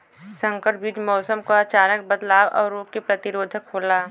संकर बीज मौसम क अचानक बदलाव और रोग के प्रतिरोधक होला